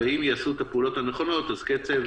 ואם יעשו את הפעולות הנכונות קצב